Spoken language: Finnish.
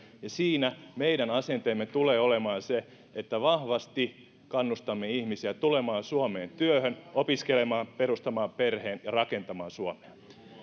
ja siinä meidän asenteemme tulee olemaan se että vahvasti kannustamme ihmisiä tulemaan suomeen työhön opiskelemaan perustamaan perheen ja rakentamaan suomea